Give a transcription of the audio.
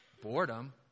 boredom